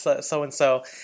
so-and-so